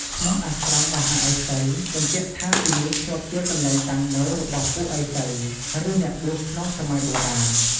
ឈ្មោះ "អាស្រមមហាឥសី" បញ្ជាក់ថាទីនេះធ្លាប់ជាកន្លែងតាំងនៅរបស់ពួកឥសី ឬអ្នកបួសក្នុងសម័យបុរាណ។